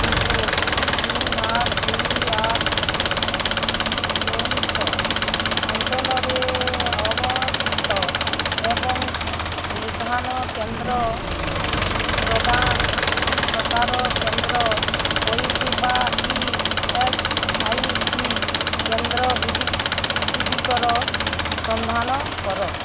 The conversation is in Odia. ପିନ୍କୋଡ଼୍ ତିନି ଆଠ ଦୁଇ ଆଠ ଶୂନ ଛଅ ଅଞ୍ଚଳରେ ଅବସ୍ଥିତ ଏବଂ ସ୍ ନିଧାନ କେନ୍ଦ୍ର ପ୍ରଦା ପ୍ରକାର କେନ୍ଦ୍ର ହୋଇଥିବା ଇ ଏସ୍ ଆଇ ସି କେନ୍ଦ୍ର ଗୁଡ଼ି ଗୁଡ଼ିକର ସନ୍ଧାନ କର